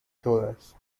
todas